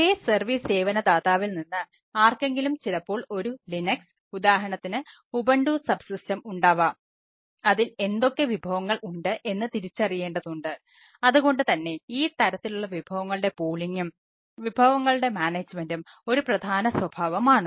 ഒരേ സർവീസ് സേവന ദാതാവിൽ നിന്ന് ആർക്കെങ്കിലും ചിലപ്പോൾ ഒരു ലിനക്സ് ഒരു പ്രധാന സ്വഭാവമാണ്